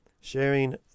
sharing